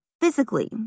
physically